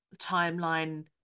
timeline